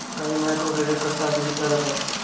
काही micro credit संस्था अपयशी ठरत आहेत